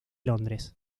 londres